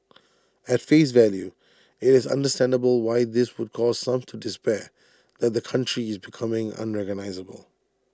at face value IT is understandable why this would cause some to despair that the country is becoming unrecognisable